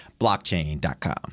Blockchain.com